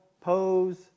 pose